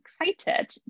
excited